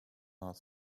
not